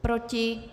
Proti?